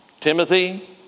Timothy